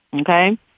okay